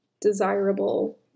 desirable